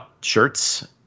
shirts